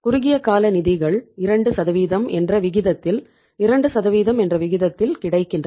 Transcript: குறுகிய கால நிதிகள் 2 என்ற விகிதத்தில் 2 என்ற விகிதத்தில் கிடைக்கின்றன